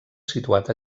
situat